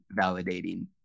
validating